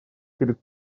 перед